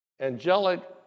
angelic